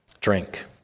drink